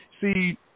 See